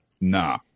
nah